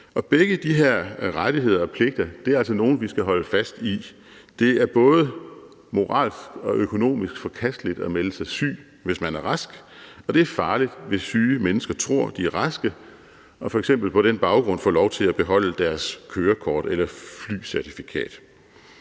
de her rettigheder og pligter er altså nogle, vi skal holde fast i. Det er både moralsk og økonomisk forkasteligt at melde sig syg, hvis man er rask, og det er farligt, hvis syge mennesker tror, de er raske og f.eks. på den baggrund får lov til at beholde deres kørekort eller flycertifikat.